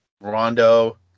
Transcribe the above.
Rondo